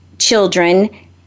children